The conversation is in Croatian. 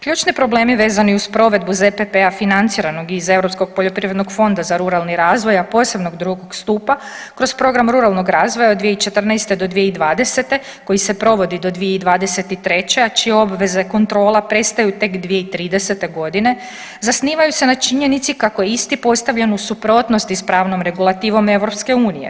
Ključni problemi vezani uz provedbu ZPP-a financiranog iz Europskog poljoprivrednog fonda za ruralni razvoj, a posebno drugog stupa kroz program ruralnog razvoja od 2014. do 2020. koji se provodi do 2023. a čije obveze, kontrola prestaju tek 2030. godine zasnivaju se na činjenici kako je isti postavljen u suprotnosti sa pravnom regulativom EU.